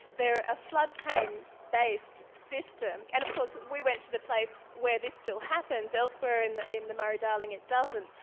they are a floodplain based system and of course we went to the place where this still happens. elsewhere in the in the murray darling it doesn't.